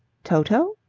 toto?